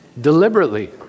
deliberately